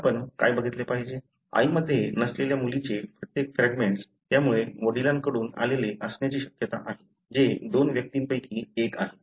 आता आपण काय बघितले पाहिजे आईमध्ये नसलेल्या मुलीचे प्रत्येक फ्रॅगमेंट्स त्यामुळे वडिलांकडून आलेले असण्याची शक्यता आहे जे दोन व्यक्तींपैकी एक आहे